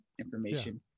information